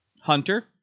hunter